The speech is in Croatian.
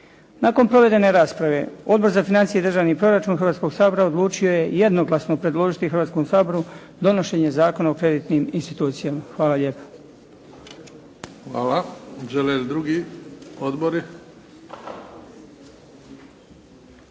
Nakon provedene rasprave Odbor za financije i državni proračun Hrvatskog sabora odlučio je jednoglasno predložiti Hrvatskom saboru donošenje Zakona o kreditnim institucijama. Hvala lijepo. **Bebić, Luka